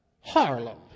Harlem